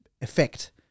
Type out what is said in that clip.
effect